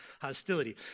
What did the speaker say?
hostility